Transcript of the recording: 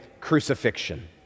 crucifixion